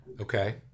Okay